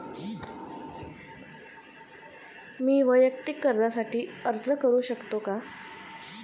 मी वैयक्तिक कर्जासाठी अर्ज करू शकतो का?